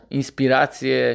inspiracje